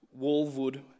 Walwood